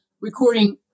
recording